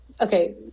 Okay